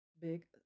big